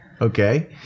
Okay